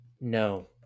No